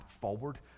forward